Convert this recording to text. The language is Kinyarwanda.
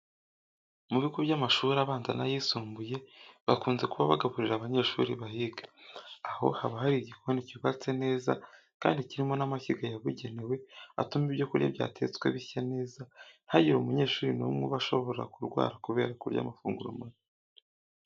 Mu bigo by'amashuri abanza n'ayisumbuye bakunze kuba bagaburira abanyeshuri bahiga, aho haba hari igikoni cyubatse neza kandi kirimo n'amashyiga yabugenewe atuma ibyo kurya byatetswe bishya neza ntihagire umunyeshuri n'umwe uba ashobora kurwara kubera kurya amafunguro mabi.